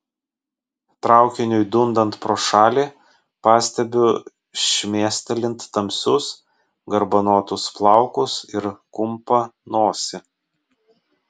traukiniui dundant pro šalį pastebiu šmėstelint tamsius garbanotus plaukus ir kumpą nosį